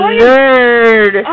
nerd